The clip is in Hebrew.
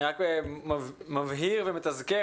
אני רק מבהיר ומתזכר,